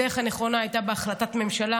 הדרך הנכונה הייתה בהחלטת ממשלה,